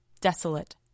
desolate